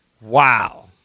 Wow